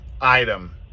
item